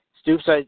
Stoops